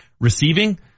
receiving